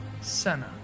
Senna